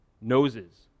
noses